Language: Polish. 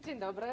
Dzień dobry.